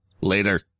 Later